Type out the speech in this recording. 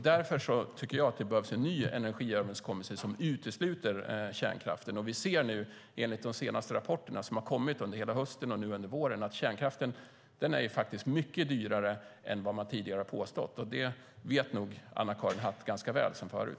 Därför tycker jag att det behövs en ny energiöverenskommelse som utesluter kärnkraften. Vi ser nu, enligt de senaste rapporterna som har kommit under hela hösten och nu under våren, att kärnkraften faktiskt är mycket dyrare än vad man tidigare har påstått. Det vet nog Anna-Karin Hatt ganska väl sedan förut.